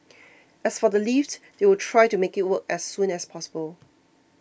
as for the lift they will try to make it work as soon as possible